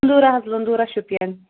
نوٗرا حظ لُنٛزوٗرا شُپیَن